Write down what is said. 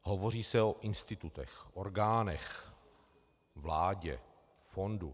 Hovoří se o institutech, orgánech, vládě, fondu.